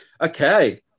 Okay